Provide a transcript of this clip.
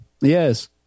Yes